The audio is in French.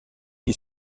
qui